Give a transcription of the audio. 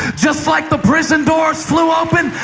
just like the prison doors flew open,